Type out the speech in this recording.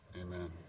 amen